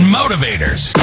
motivators